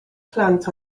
plant